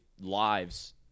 lives